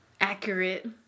accurate